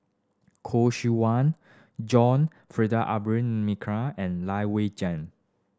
Khoo Seok Wan John and Lai Weijie